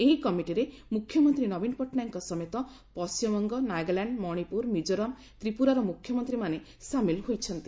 ଏହି କମିଟିରେ ମୁଖ୍ୟମନ୍ତୀ ନବୀନ ପଟ୍ଟନାୟକଙ୍କ ସମେତ ପଣିବଙ୍ଗ ନାଗାଲାଣ୍ଡ ମଣିପୁର ମିଜୋରାମ ତ୍ରିପୁରାର ମୁଖ୍ୟମନ୍ତୀମାନେ ସାମିଲ ହୋଇଛନ୍ତି